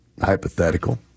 hypothetical